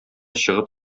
чыгып